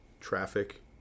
traffic